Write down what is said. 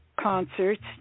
concerts